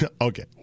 Okay